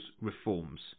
reforms